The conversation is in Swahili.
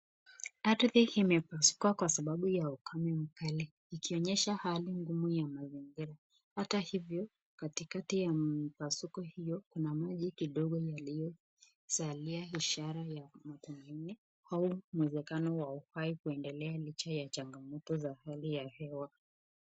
Ardhii hii ime pasuka kwa sababu ya ukame mkali, ikionyesha hali ngumu ya mazingira. Hata hivyo katikati ya mpasuko huo kuna maji kidogo yalio zalia ishara ya au muezakeno wa uhai kuendelea licha ya changamoto za hali ya hewa.